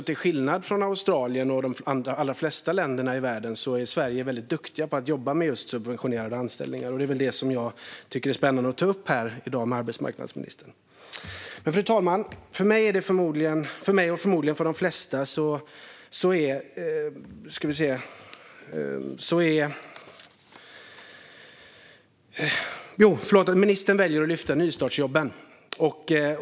Till skillnad från Australien och de allra flesta länderna i världen är Sverige väldigt duktiga på att jobba med just subventionerade anställningar. Det tycker jag är spännande att ta upp här i dag med arbetsmarknadsministern. Fru talman! Ministern väljer att lyfta fram nystartsjobben.